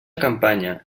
campanya